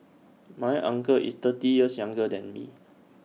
my uncle is thirty years younger than me